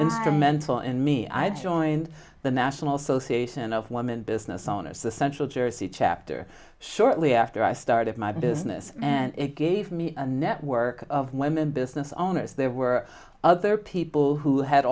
instrumental in me i joined the national association of women business owners the central jersey chapter shortly after i started my business and it gave me a network of women business owners there were other people who had